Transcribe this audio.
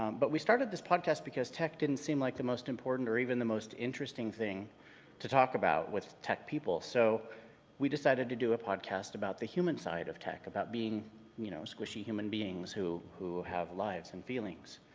but we started this podcast because tech didn't seem like the most important or even the most interesting thing to talk about with tech people. so we decided to do a podcast about the human side of tech, about being you know squishy human beings who who have lives and feelings.